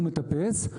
הוא מטפס.